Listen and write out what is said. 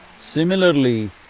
Similarly